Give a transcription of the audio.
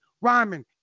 Rhyming